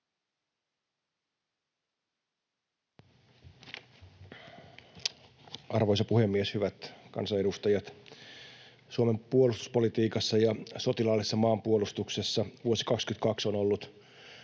Arvoisa puhemies! Hyvät kansanedustajat! Suomen puolustuspolitiikassa ja sotilaallisessa maanpuolustuksessa vuosi 22 on ollut,